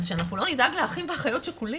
אז שאנחנו לא נדאג לאחים ואחיות שכולים?